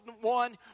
one